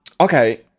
Okay